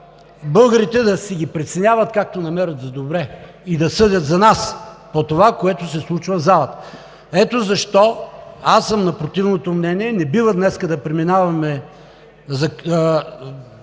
българите да ги преценяват както намерят за добре и да съдят за нас по това, което се случва в залата. Ето защо аз съм на противното мнение – не бива днес да гласуваме